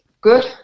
good